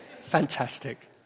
Fantastic